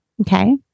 Okay